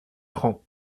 rends